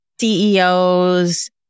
CEOs